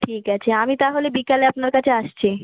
ঠিক আছে আমি তাহলে বিকালে আপনার কাছে আসছি